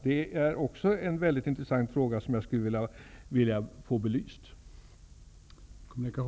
Det är också en mycket intressant fråga som jag skulle vilja få belyst.